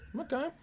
Okay